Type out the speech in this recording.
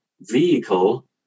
vehicle